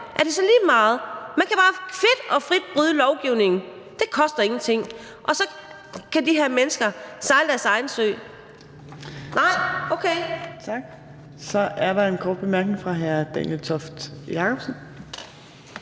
Er det så lige meget? Kan man bare kvit og frit bryde lovgivningen, for det koster ingenting, og så kan de her mennesker sejle deres egen sø? Nej? Okay. Kl. 18:26 Fjerde næstformand (Trine Torp): Tak.